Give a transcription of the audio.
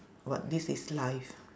but this is life